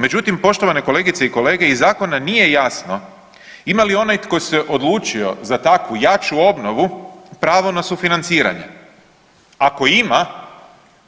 Međutim, poštovane kolegice i kolege iz zakona nije jasno ima li onaj tko se odlučio za takvu jaču obnovu pravo na sufinanciranje, ako ima